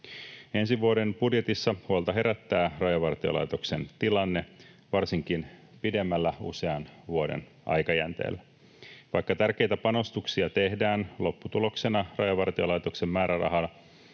Ensi vuoden budjetissa huolta herättää Rajavartiolaitoksen tilanne varsinkin pidemmällä usean vuoden aikajänteellä. Vaikka tärkeitä panostuksia tehdään, lopputuloksena Rajavartiolaitoksen määräraha